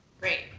Great